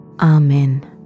Amen